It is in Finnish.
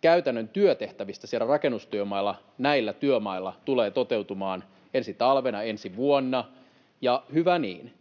käytännön työtehtävistä siellä rakennustyömailla, näillä työmailla, tulee toteutumaan ensi talvena, ensi vuonna, ja hyvä niin.